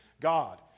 God